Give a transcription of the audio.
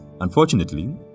Unfortunately